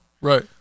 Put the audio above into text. Right